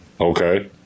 Okay